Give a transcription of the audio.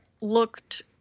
looked